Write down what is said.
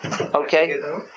Okay